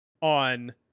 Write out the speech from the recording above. on